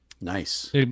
Nice